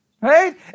right